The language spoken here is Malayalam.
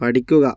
പഠിക്കുക